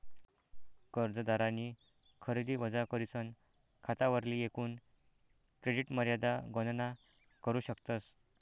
कर्जदारनी खरेदी वजा करीसन खातावरली एकूण क्रेडिट मर्यादा गणना करू शकतस